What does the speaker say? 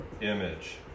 image